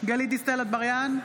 גלית דיסטל אטבריאן,